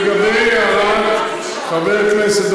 לא ח"כים